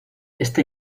esta